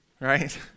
right